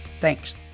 Thanks